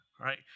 right